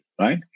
right